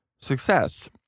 success